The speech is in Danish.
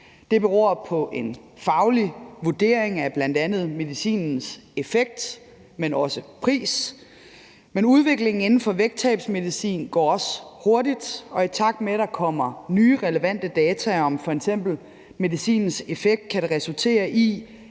Det beror på en faglig vurdering af bl.a. medicinens effekt, men også pris, men udviklingen inden for vægttabsmedicin går også hurtigt, og i takt med at der kommer nye relevante data om f.eks. medicinens effekt, kan det resultere i,